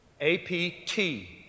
A-P-T